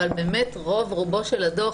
אבל באמת רוב רובו של הדוח